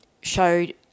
showed